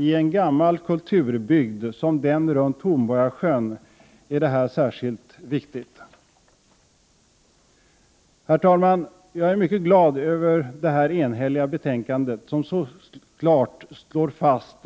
I en gammal kulturbygd som den runt Hornborgasjön är detta särskilt viktigt. Herr talman! Jag är mycket glad över detta enhälliga betänkande, som så klart slår fast